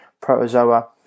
protozoa